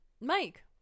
Mike